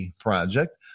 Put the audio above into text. project